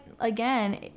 again